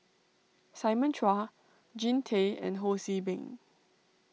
Simon Chua Jean Tay and Ho See Beng